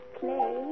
play